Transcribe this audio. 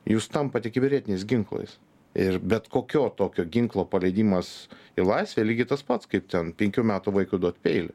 jūs tampate kibernetiniais ginklais ir bet kokios tokio ginklo paleidimas į laisvę lygiai tas pats kaip ten penkių metų vaikui duot peilį